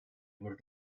able